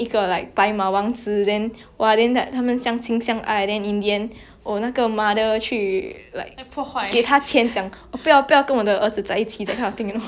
给他钱讲不要不要跟我的儿子在一起 that kind of thing you know but yeah it's not lah it's like they got a lot of different kind of how to say it's like different mini mini plots